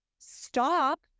stop